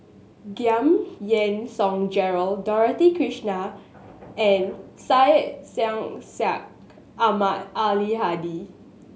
Giam Yean Song Gerald Dorothy Krishnan and Syed Sheikh Syed Ahmad Al Hadi